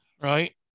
Right